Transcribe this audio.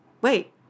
wait